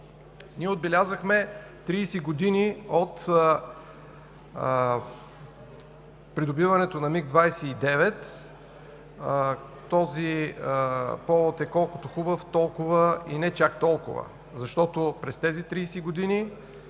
Ние отбелязахме 30 години от придобиването на МиГ-29. Този повод е колкото хубав и не чак толкова, защото през тези 30 години